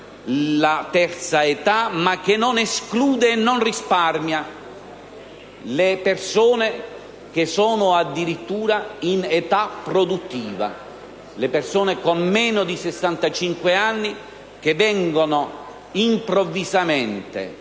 la terza età, ma che non esclude e non risparmia le persone che sono addirittura in età produttiva, ovvero quelle con meno di 65 anni, che vengono improvvisamente